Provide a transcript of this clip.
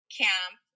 camp